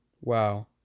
Wow